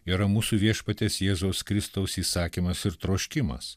yra mūsų viešpaties jėzaus kristaus įsakymas ir troškimas